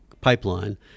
pipeline